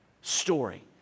story